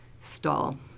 stall